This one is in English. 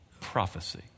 prophecy